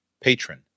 patron